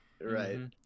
right